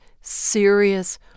serious